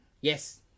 Yes